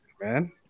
man